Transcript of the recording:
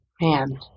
man